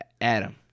Adam